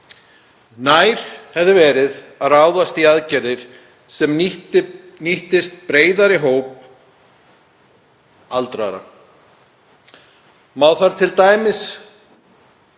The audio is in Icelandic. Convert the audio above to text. Nær hefði verið að ráðast í aðgerðir sem nýttust breiðari hóp aldraðra. Má þar t.d.